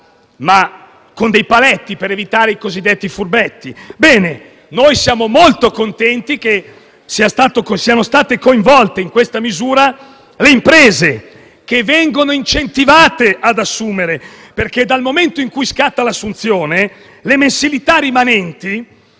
ma con dei paletti per evitare i cosiddetti furbetti. Bene: siamo molto contenti che siano state coinvolte in questa misura le imprese, che vengono incentivate ad assumere perché dal momento in cui scatta l'assunzione le mensilità rimanenti